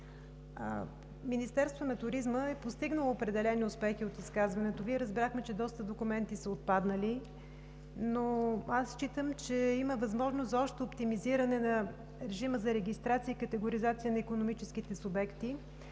Министерството на туризма е постигнало определени успехи – от изказването Ви разбрахме, че доста документи са отпаднали, но аз считам, че има възможност за още оптимизиране на режима за регистрация и категоризация на икономическите субекти.